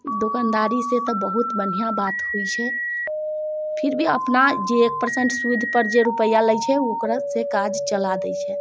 दोकानदारी से तऽ बहुत बढ़िआँ बात होइ छै फिर भी अपना जे एक परसेन्ट सुदिपर जे रुपैआ लै छै ओकरासँ काज चला दै छै